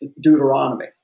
Deuteronomy